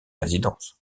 résidence